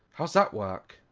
how's that work?